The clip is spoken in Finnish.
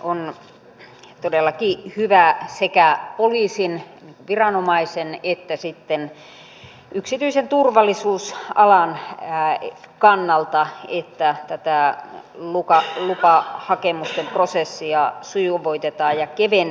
on todellakin hyvä sekä poliisin viranomaisen että sitten yksityisen turvallisuusalan kannalta että tätä lupahakemusten prosessia sujuvoitetaan ja kevennetään